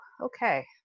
okay